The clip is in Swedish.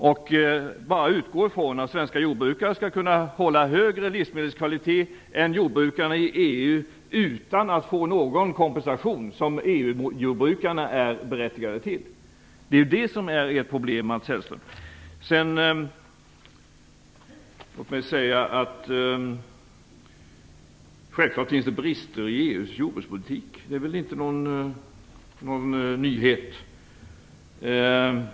Ni utgår bara från att svenska jordbrukare skall kunna hålla högre livsmedelskvalitet än jordbrukarna i EU utan att få den kompensation som EU-jordbrukarna är berättigade till. Självklart finns det brister i EU:s jordbrukspolitik, och det är väl inte någon nyhet.